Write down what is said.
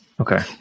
Okay